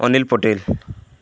Anil Patel